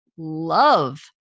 love